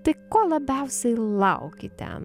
tai ko labiausiai lauki ten